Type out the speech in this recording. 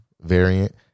variant